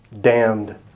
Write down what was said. damned